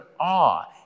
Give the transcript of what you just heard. awe